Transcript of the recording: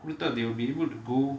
who thought they will be able to go